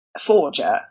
forger